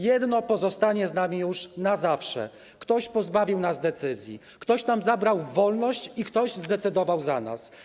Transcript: Jedno pozostanie z nami już na zawsze: ktoś pozbawił nas decyzji, ktoś nam zabrał wolność i ktoś zdecydował za nas.